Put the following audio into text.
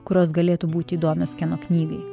kurios galėtų būti įdomios keno knygai